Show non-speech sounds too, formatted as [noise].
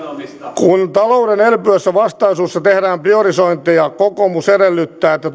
kun talouden elpyessä vastaisuudessa tehdään priorisointeja kokoomus edellyttää että [unintelligible]